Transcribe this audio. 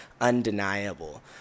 undeniable